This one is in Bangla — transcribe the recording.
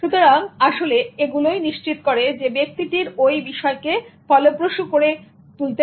সুতরাং আসলে এগুলোই নিশ্চিত করে ব্যক্তিটির ওই বিষয়কে ফলপ্রসূ করে তুলতে